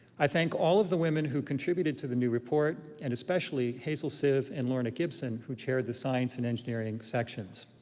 i thank all of the women who contributed to the new report, and especially hazel sive and lorna gibson, who chaired the science and engineering sections.